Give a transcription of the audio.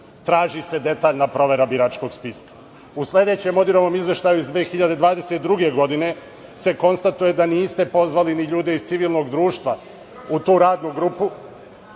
Traži se detaljna provera biračkog spiska. U sledećem ODIHR-ovom izveštaju iz 2022. godine se konstatuje da niste pozvali ni ljude iz Civilnog društva u tu radnu